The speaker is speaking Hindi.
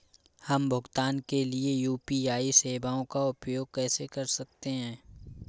हम भुगतान के लिए यू.पी.आई सेवाओं का उपयोग कैसे कर सकते हैं?